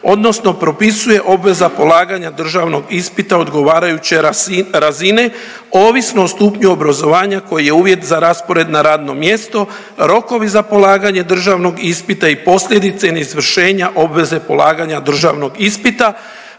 odnosno propisuje obveza polaganja državnog ispita odgovarajuće ras… razine ovisno o stupnju obrazovanja koji je uvjet za raspored na radno mjesto, rokovi za polaganje državnog ispita i posljedice neizvršenja obveze polaganja državnog ispita,